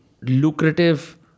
lucrative